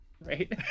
right